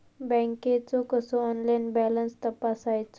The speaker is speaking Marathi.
बँकेचो कसो ऑनलाइन बॅलन्स तपासायचो?